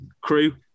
crew